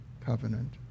covenant